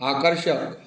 आकर्षक